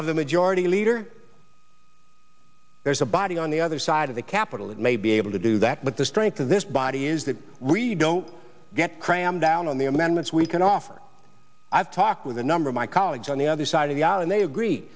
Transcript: of the majority leader there's a body on the other side of the capitol that may be able to do that but the strength of this body is that really don't get crammed down on the amendments we can offer i've talked with a number of my colleagues on the other side of the aisle and they agree